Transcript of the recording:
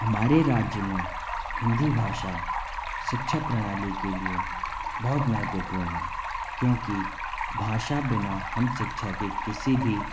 हमारे राज्य में हिंदी भाषा शिक्षा प्रणाली के लिए बोहोत महत्वपूर्ण है क्योंकि भाषा बिना हम शिक्षा के किसी भी